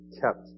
kept